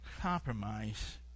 compromise